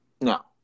No